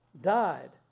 died